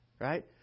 Right